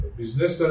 business